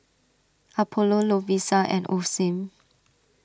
Apollo Lovisa and Osim